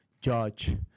Judge